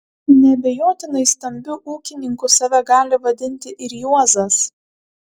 neabejotinai stambiu ūkininku save gali vadinti ir juozas